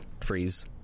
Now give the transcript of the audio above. freeze